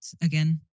again